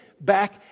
back